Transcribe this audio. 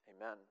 Amen